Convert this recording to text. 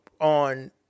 on